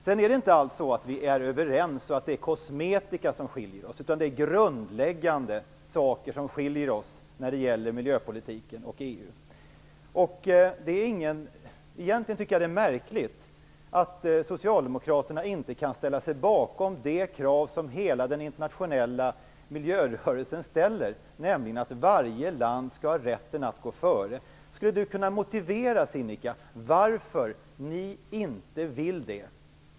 Det är inte alls så att vi är överens och att det är kosmetika som skiljer oss. Det är grundläggande saker som skiljer oss när det gäller miljöpolitiken och EU. Det är egentligen märkligt att Socialdemokraterna inte kan ställa sig bakom det krav som hela den internationella miljörörelsen ställer, nämligen att varje land skall ha rätten att gå före. Skulle Sinikka Bohlin kunna motivera varför ni inte vill det?